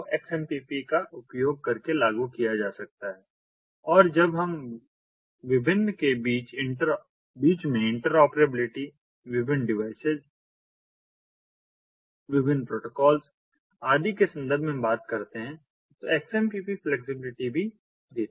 को XMPP का उपयोग करके लागू किया जा सकता है और जब हम विभिन्न के बीच में इंट्रॉपरेबिलिटी विभिन्न डिवाइसेज विभिन्न प्रोटोकॉल्स आदि के संदर्भ में बात करते हैं तो XMPP फ्लैक्सिबिलिटी भी देती है